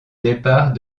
départ